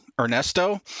Ernesto